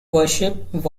worship